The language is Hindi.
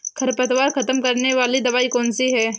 खरपतवार खत्म करने वाली दवाई कौन सी है?